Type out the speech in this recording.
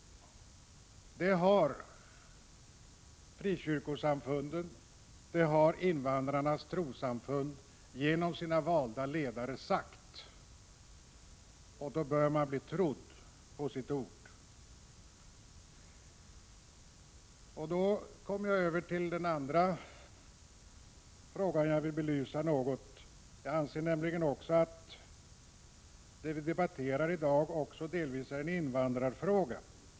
Det har frikyrkosamfunden och invandrarnas trossamfund genom sina valda ledare sagt, och då bör de bli trodda på sitt ord. Jag kommer då över till den andra frågan jag vill belysa. Jag anser nämligen också att det vi debatterar i dag delvis är en invandrarfråga.